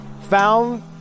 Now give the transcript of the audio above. found